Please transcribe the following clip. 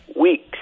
weeks